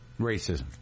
Racism